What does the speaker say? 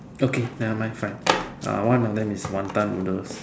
okay nevermind fine uh one of them is wanton noodles